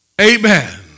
Amen